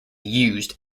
used